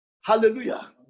Hallelujah